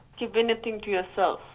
keep anything to yourself.